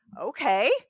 Okay